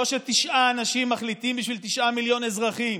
לא שתשעה אנשים מחליטים בשביל תשעה מיליון אזרחים.